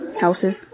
Houses